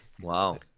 Wow